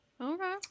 Okay